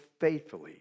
faithfully